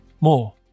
More